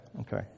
Okay